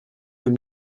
him